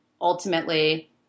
ultimately